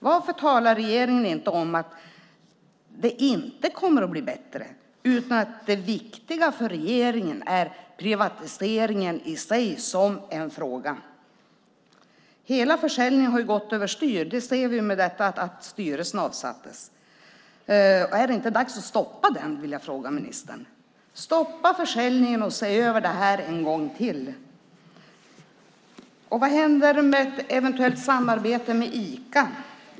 Varför talar regeringen inte om att det inte kommer att bli bättre? Det viktiga för regeringen är privatiseringen i sig. Hela försäljningen har gått över styr, det ser vi i och med att styrelsen avsattes. Är det inte dags att stoppa den? vill jag fråga ministern. Stoppa försäljningen och se över det här en gång till! Vad händer med ett eventuellt samarbete med Ica?